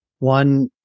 One